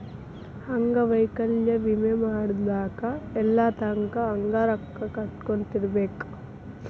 ಅಂಗವೈಕಲ್ಯ ವಿಮೆ ಮಾಡಿದ್ಮ್ಯಾಕ್ ಎಲ್ಲಿತಂಕಾ ಹಂಗ ರೊಕ್ಕಾ ಕಟ್ಕೊತಿರ್ಬೇಕ್?